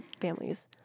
families